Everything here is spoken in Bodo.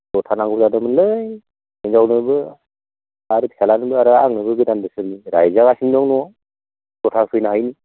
जुथा नांगौ जादोंमोनलै हिनजावनोबो आरो फिसाज्लानोबो आरो आंनोबो गोदान बोसोरनि रायजागासिनो दं न'आव जुथा होफैनो हायैनि